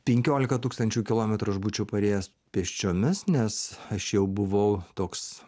penkiolika tūkstančių kilometrų aš būčiau parėjęs pėsčiomis nes aš jau buvau toks